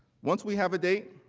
once we have a date